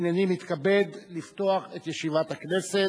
הנני מתכבד לפתוח את ישיבת הכנסת.